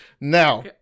Now